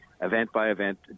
event-by-event